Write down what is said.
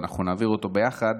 ואנחנו נעביר אותו ביחד,